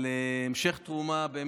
בהמשך תרומה עם